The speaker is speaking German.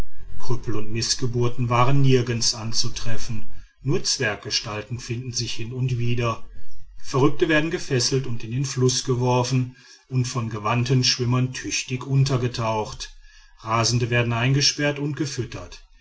krüppel und mißgeburten waren nirgends anzutreffen nur zwerggestalten finden sich hin und wieder verrückte werden gefesselt und in den fluß geworfen und von gewandten schwimmern tüchtig untergetaucht rasende werden eingesperrt und gefüttert